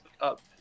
up